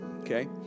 okay